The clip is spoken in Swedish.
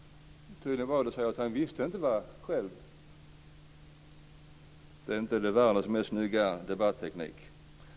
Tydligen visste han inte själv. Det är inte världens snyggaste debatteknik.